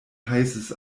heißes